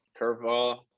Curveball